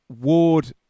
Ward